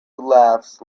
laughs